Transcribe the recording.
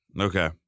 Okay